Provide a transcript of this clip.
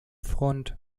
front